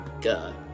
God